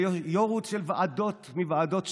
ליו"רות של ועדות מוועדות שונות,